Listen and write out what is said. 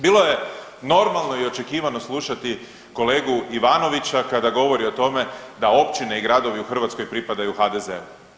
Bilo je normalno i očekivano slušati kolegu Ivanovića kada govori o tome da općine i gradovi u Hrvatskoj pripadaju HDZ-u.